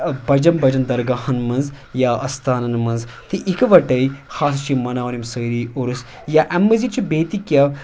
بَجَن بَجَن درگاہَن منٛز یا اَستانَن منٛز تہِ اِکوَٹَے ہسا چھِ مَناوان یِم سٲری عُرس یا اَمہِ مٔزیٖد چھُ بیٚیہِ تہِ کینٛہہ